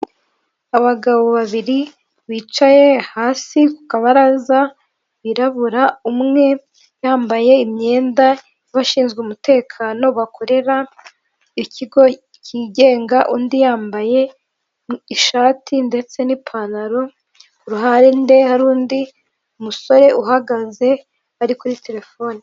Abagabo babiri bicaye hasi ku kabaraza wirabura, umwe yambaye imyenda y'abashinzwe umutekano bakorera ikigo cyigenga, undi yambaye ishati ndetse n'ipantaro, ku ruhande hari undi musore uhagaze ari kuri telefone